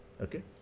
Okay